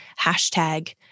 Hashtag